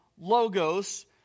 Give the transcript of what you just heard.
Logos